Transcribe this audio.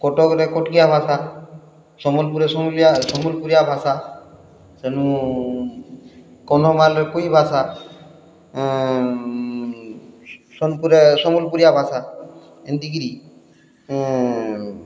କଟକରେ କଟକିଆ ଭାଷା ସମ୍ବଲପୁରେ ସମ୍ବଲପୁରିଆ ଭାଷା ସେନୁ କନ୍ଧମାଲ୍ରେ କୁଇ ଭାଷା ସୋନ୍ପୁର୍ରେ ସମ୍ବଲ୍ପୁରିଆ ଭାଷା ଏନ୍ତିକିରି